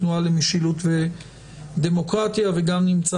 התנועה למשילות ודמוקרטיה וגם נציג